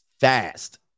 fast